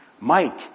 Mike